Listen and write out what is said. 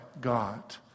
God